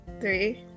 Three